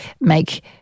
make